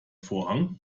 vorhang